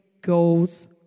goals